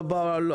איפה איילת שקד?